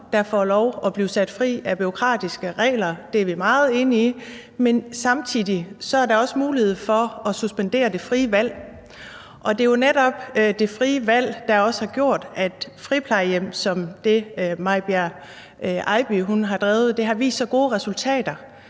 der får lov at blive sat fri af bureaukratiske regler – og det er vi meget enige i er godt – er der samtidig mulighed for at suspendere det frie valg. Det er jo netop det frie valg, der også har gjort, at friplejehjem som det, May Bjerre Eiby har drevet, har vist så gode resultater.